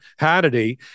Hannity